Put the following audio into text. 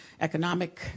economic